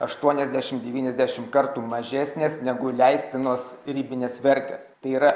aštuoniasdešim devyniasdešim kartų mažesnės negu leistinos ribinės vertės tai yra